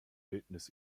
bildnis